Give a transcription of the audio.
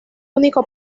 único